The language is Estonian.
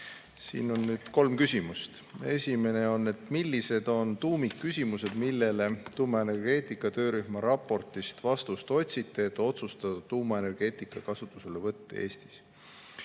Siin on kolm küsimust. Esimene: "Millised on tuumikküsimused, millele tuumaenergeetika töörühma raportist vastust otsite, et otsustada tuumaenergeetika kasutuselevõtt Eestis?"